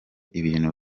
ibintu